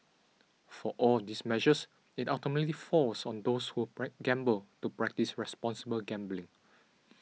for all these measures it ultimately falls on those who gamble to practise responsible gambling